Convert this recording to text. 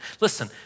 Listen